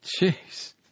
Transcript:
Jeez